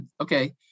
Okay